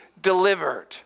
delivered